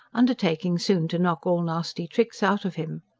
undertaking soon to knock all nasty tricks out of him.